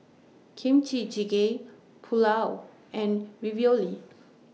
Kimchi Jjigae Pulao and Ravioli